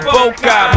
Boca